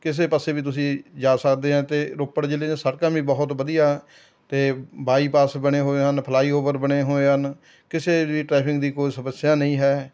ਕਿਸੇ ਪਾਸੇ ਵੀ ਤੁਸੀਂ ਜਾ ਸਕਦੇ ਹਾਂ ਅਤੇ ਰੋਪੜ ਜ਼ਿਲ੍ਹੇ ਦੀਆਂ ਸੜਕਾਂ ਵੀ ਬਹੁਤ ਵਧੀਆ ਅਤੇ ਬਾਈਪਾਸ ਬਣੇ ਹੋਏ ਹਨ ਫਲਾਈਓਵਰ ਬਣੇ ਹੋਏ ਹਨ ਕਿਸੇ ਵੀ ਟਰੈਫਿਕ ਦੀ ਕੋਈ ਸਮੱਸਿਆ ਨਹੀਂ ਹੈ